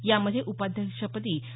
यामध्ये उपाध्यक्षपदी खा